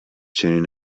چنین